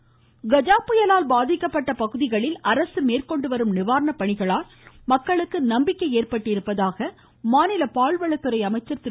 ராஜேந்திர பாலாஜி கஜா புயலால் பாதிக்கப்பட்ட பகுதிகளில் அரசு மேற்கொண்டு வரும் நிவாரண பணிகளால் மக்களுக்கு நம்பிக்கை ஏற்பட்டிருப்பதாக மாநில பால்வளத்துறை அமைச்சர் திரு